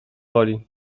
woli